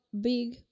big